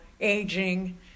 aging